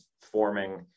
forming